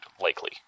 likely